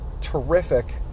terrific